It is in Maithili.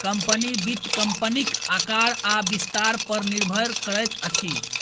कम्पनी, वित्त कम्पनीक आकार आ विस्तार पर निर्भर करैत अछि